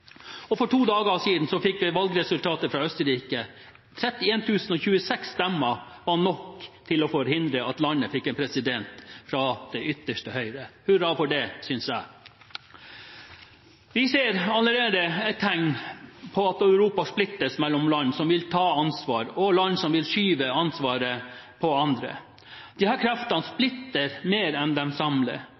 dager. For to dager siden fikk vi valgresultatet fra Østerrike: 31 026 stemmer var nok til å forhindre at landet fikk en president fra det ytterste høyre. Hurra for det, synes jeg. Vi ser allerede tegn på at Europa splittes mellom land som vil ta ansvar, og land som vil skyve ansvaret over til andre. Disse kreftene splitter mer enn de samler,